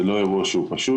זה לא אירוע שהוא פשוט,